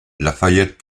lafayette